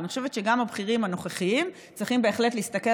אני חושבת שגם הבכירים הנוכחיים צריכים בהחלט להסתכל